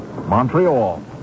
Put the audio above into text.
Montreal